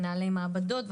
מנהלי מעבדות,